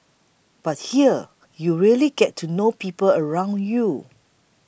but here you really get to know people around you